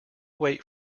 wait